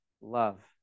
love